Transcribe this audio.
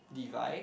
divide